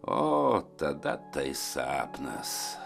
o tada tai sapnas